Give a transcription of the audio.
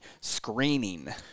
screening